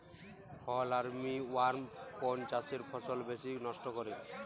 ফল armyworm কোন চাষের ফসল বেশি নষ্ট করে?